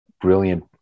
brilliant